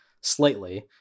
slightly